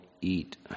eat